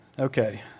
Okay